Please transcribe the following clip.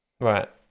Right